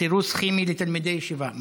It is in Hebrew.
סירוס כימי לתלמידי ישיבה.